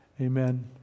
amen